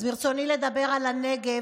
אז ברצוני לדבר על הנגב,